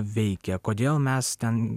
veikia kodėl mes ten